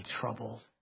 troubled